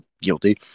Guilty